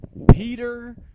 Peter